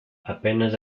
apenas